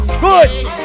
Good